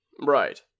Right